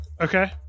Okay